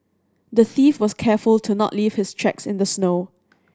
the thief was careful to not leave his tracks in the snow